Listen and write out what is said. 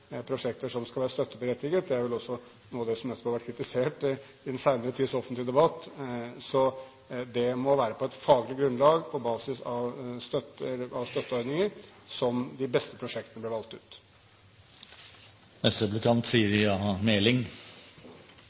prosjekter som skal være støtteberettiget. Det er vel også noe av det som nettopp har vært kritisert i den senere tids offentlige debatt. Det må være på et faglig grunnlag, på basis av støtteordninger, de beste prosjektene blir valgt ut.